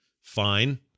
fine